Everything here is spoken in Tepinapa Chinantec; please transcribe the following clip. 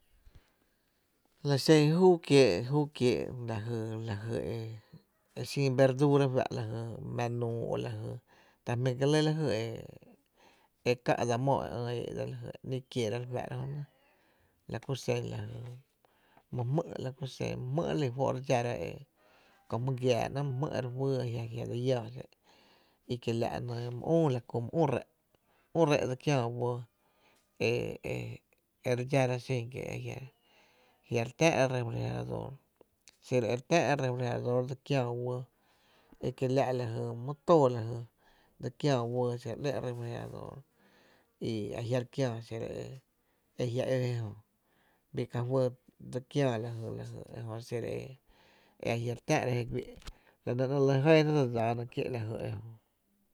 La xe júú kiéé’, júú kiéé’ lajy lajy e xin verdura fá’ mⱥⱥ nuuo ta jmí’ kié’ l júú kiéé’ la jy e ká’ dsa mó e ÿ’ ee’ e ïï’ kiera re fáá’ra jö nɇ, la ku xen mý jmý’, my jmý’ re li fó’ re dxára e köö jmy giⱥⱥ ¿néé’ my jmý’ re fýý e a jia’ dse lláá xé’n i kiela’ my üü la ku my üü ree’ my üü ree’ dse kiää uɇɇ e e e sin que e ajia’ jia’ re tⱥⱥ’ rá refrigerador xiro re tⱥⱥ¨’ra refrigerador dse kiää uɇɇ, e kiela’ my tóó lajy dse kiää uɇɇ xiro re ‘lé’n ñó’ refrigerador i jia’ re kiää xiro a jia’ ǿ je jö bii kajuy dse kiää lajy e jö xi e ajia’ re tⱥⱥ’ra je güi’ la nɇ néé’ re lɇ jɇɇ jná dse dsáána kié’ ejö.